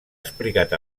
explicat